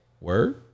Word